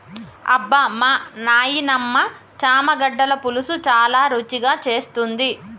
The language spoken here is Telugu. అబ్బమా నాయినమ్మ చామగడ్డల పులుసు చాలా రుచిగా చేస్తుంది